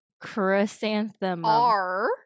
Chrysanthemum